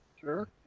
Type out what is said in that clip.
Sure